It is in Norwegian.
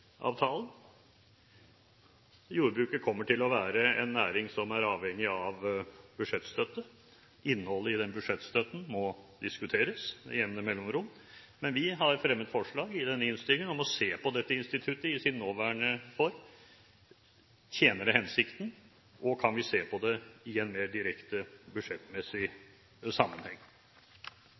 Jordbruket kommer til å være en næring som er avhengig av budsjettstøtte. Innholdet i den budsjettstøtten må diskuteres med jevne mellomrom, men vi har fremmet forslag i denne innstillingen om å se på dette instituttet i sin nåværende form. Tjener det hensikten? Kan vi se på det i en mer direkte budsjettmessig sammenheng?